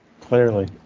Clearly